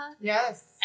Yes